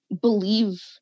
believe